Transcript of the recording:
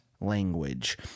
language